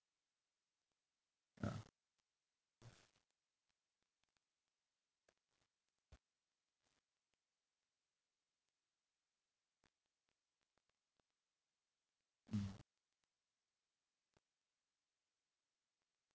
ya mm